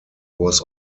was